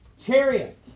chariot